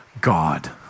God